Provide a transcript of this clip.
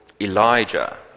Elijah